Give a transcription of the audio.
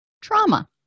trauma